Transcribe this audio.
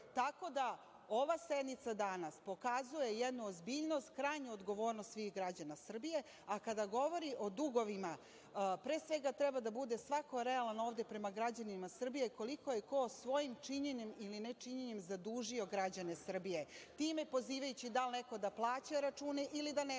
tako da ova sednica danas pokazuje jednu ozbiljnost, krajnju odgovornost svih građana Srbije, a kada govori o dugovima, pre svega treba da bude svako realan ovde prema građanima Srbije koliko je oko svojim činjenjem ili ne činjenjem zadužio građane Srbije time pozivajući da li neko da plaća račune ili da ne plaća